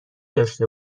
داشته